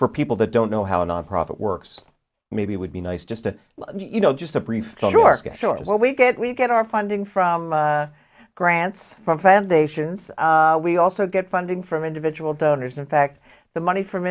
for people that don't know how a nonprofit works maybe it would be nice just to you know just a brief tour short of what we get we get our funding from grants from foundations we also get funding from individual donors in fact the money from